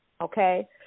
Okay